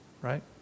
Right